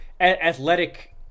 Athletic